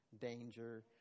danger